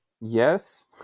Yes